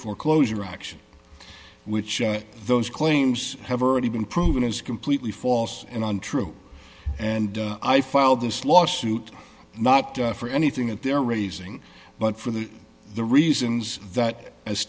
foreclosure auction which those claims have already been proven is completely false and untrue and i filed this lawsuit not for anything that they're raising but for the the reasons that as